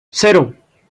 cero